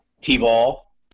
T-ball